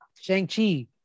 Shang-Chi